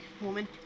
woman